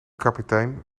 kapitein